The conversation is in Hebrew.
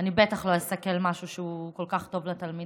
בטח לא אסכל משהו שהוא כל כך טוב לתלמידים,